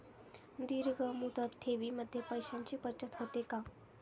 दीर्घ मुदत ठेवीमध्ये पैशांची बचत होते का?